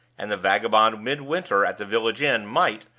and the vagabond midwinter at the village inn, might,